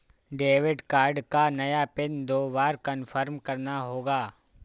debit card का नया pin दो बार कन्फर्म करना होगा